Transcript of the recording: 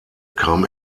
kam